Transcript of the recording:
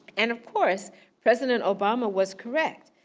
and of course president obama was correct,